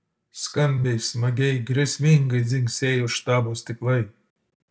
skambiai smagiai grėsmingai dzingsėjo štabo stiklai